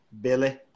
Billy